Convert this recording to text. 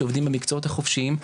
שעובדים במקצועות החופשיים.